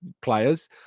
players